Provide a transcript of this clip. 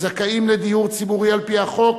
הזכאים לדיור ציבורי על-פי החוק,